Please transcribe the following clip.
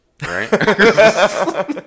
right